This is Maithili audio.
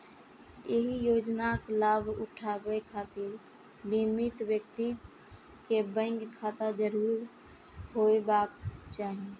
एहि योजनाक लाभ उठाबै खातिर बीमित व्यक्ति कें बैंक खाता जरूर होयबाक चाही